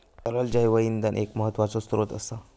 तरल जैव इंधन एक महत्त्वाचो स्त्रोत असा